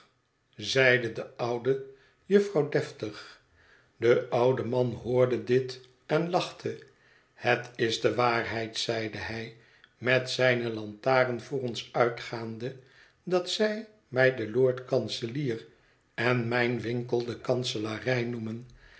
de oude jufvrouw deftig de oude man hoorde dit en lachte het is de waarheid zeide hij met zijne lantaren voor ons uitgaande dat zij mij den lord-kanselier en mijn winkel de kanselarij noemen